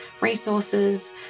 resources